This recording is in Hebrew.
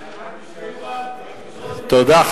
תודה.